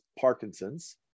parkinson's